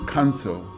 Council